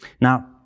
Now